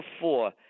four